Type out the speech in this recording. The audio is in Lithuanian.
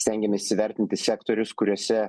stengiamės įvertinti sektorius kuriuose